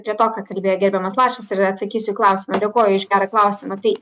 prie to ką kalbėjo gerbiamas lašas ir atsakysiu į klausimą dėkoju už gerą klausimą tai